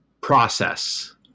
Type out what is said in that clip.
process